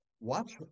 Watch